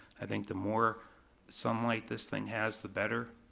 i think the more sunlight this thing has, the better.